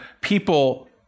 people